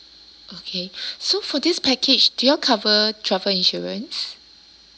okay so for this package do you all cover travel insurance